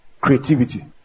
Creativity